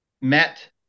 met